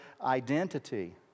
identity